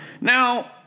Now